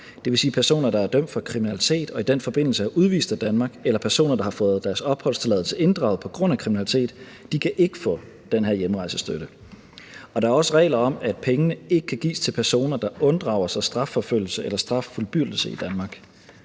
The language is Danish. det vil sige personer, der er dømt for kriminalitet og i den forbindelse er udvist af Danmark, eller personer, der har fået deres opholdstilladelse inddraget på grund af kriminalitet. De kan ikke få den her hjemrejsestøtte. Der er også regler om, at pengene ikke kan gives til personer, der unddrager sig strafforfølgelse eller straffuldbyrdelse i Danmark.